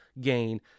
gain